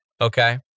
Okay